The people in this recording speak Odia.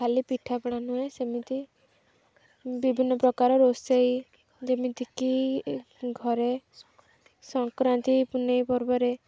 ଖାଲି ପିଠାପଣା ନୁହେଁ ସେମିତି ବିଭିନ୍ନ ପ୍ରକାର ରୋଷେଇ ଯେମିତିକି ଘରେ ସଂକ୍ରାନ୍ତି ପୁନେଇ ପର୍ବରେ